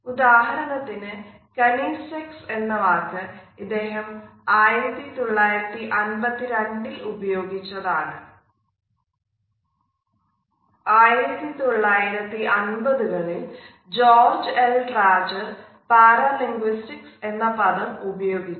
1950 കളിൽ George L Trager paralinguistics എന്ന പദം ഉപയോഗിച്ചു